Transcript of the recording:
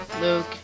Luke